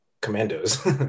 Commandos